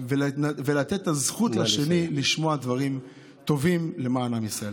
ולתת את הזכות לשני לשמוע דברים טובים למען עם ישראל.